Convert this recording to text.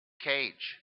cage